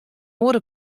oare